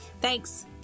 Thanks